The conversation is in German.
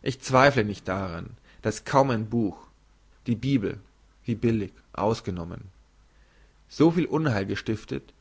ich zweifle nicht daran dass kaum ein buch die bibel wie billig ausgenommen so viel unheil gestiftet